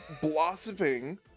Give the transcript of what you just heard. blossoming